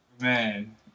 Man